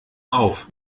auf